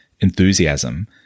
enthusiasm